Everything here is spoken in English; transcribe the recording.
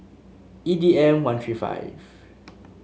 E D M one three five